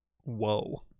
Whoa